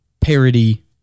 parody